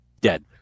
dead